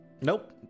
nope